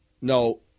No